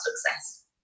success